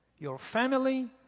your family,